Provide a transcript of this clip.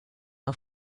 auf